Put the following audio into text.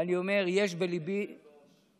אני אומר שיש בליבי, תן לו,